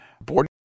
board